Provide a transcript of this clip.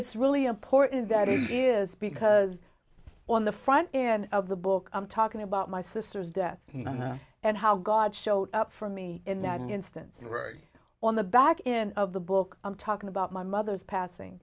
it's really important that it is because on the front end of the book i'm talking about my sister's death and how god showed up for me in that instance on the back in of the book i'm talking about my mother's passing